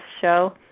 show